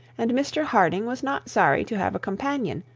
and mr harding was not sorry to have a companion,